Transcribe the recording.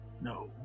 No